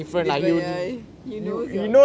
different ya he knows your